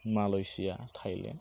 Malaysia Thailand